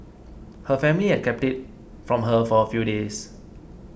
her family had kept it from her for a few days